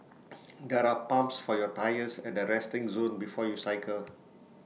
there are pumps for your tyres at the resting zone before you cycle